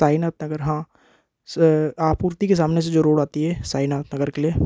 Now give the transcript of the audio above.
साईनाथ नगर हाँ आपूर्ति के सामने से जो रोड आती है साईनाथ नगर के लिए